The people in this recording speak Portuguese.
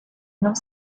não